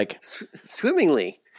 Swimmingly